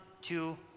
two